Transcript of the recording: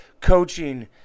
coaching